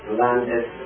landed